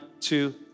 two